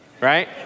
right